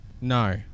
No